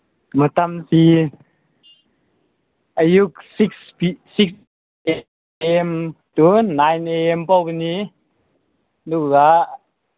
ꯃꯇꯝꯁꯤ ꯑꯌꯨꯛ six six A M to nine A M ꯐꯥꯎꯕꯅꯤ ꯑꯗꯨꯒ